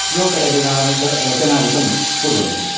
श्लोकरचनादिकं रचनादिकं कुर्वन्ति